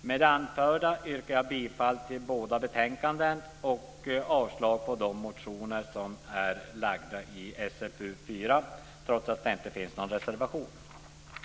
Med det anförda yrkar jag bifall till utskottets hemställan i båda betänkandena och - trots att det inte finns någon reservation - avslag på de motioner som behandlas i SfU4.